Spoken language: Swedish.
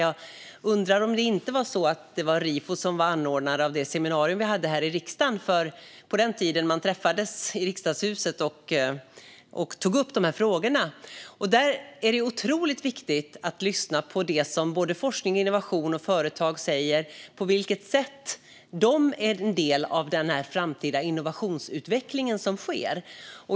Jag undrar om det inte var Rifo som var anordnare av det seminarium som vi hade här i riksdagen - på den tid då man träffades i Riksdagshuset - och där vi tog upp de här frågorna. Där är det otroligt viktigt att lyssna på vad forskning, innovation och företag säger om på vilket sätt de är en del av den framtida innovationsutvecklingen som sker.